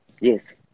Yes